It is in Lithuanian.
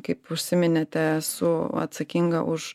kaip užsiminėte esu atsakinga už